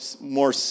more